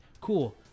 cool